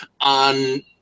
on